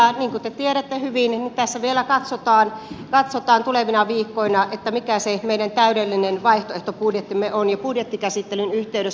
niin kuin te tiedätte hyvin tässä vielä katsotaan tulevina viikkoina mikä se meidän täydellinen vaihtoehtobudjettimme on budjettikäsittelyn yhteydessä